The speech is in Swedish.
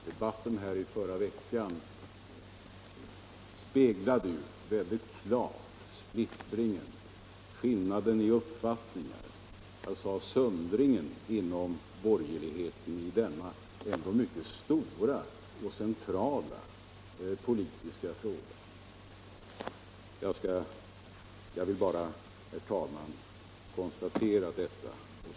Debatten här i kammaren i förra veckan speglade klart skillnaden i uppfattning — jag använde uttrycket splittring och söndring inom borgerligheten i denna mycket stora och centrala politiska fråga. Jag vill bara, herr talman, slå fast detta.